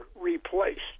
replaced